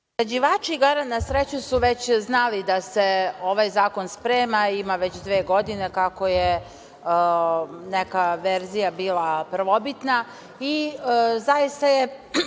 Priređivači igara na sreću su već znali da se ovaj zakon sprema. Ima već dve godine kako je neka verzija bila prvobitna i zaista je,